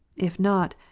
if not,